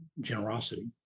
generosity